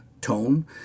tone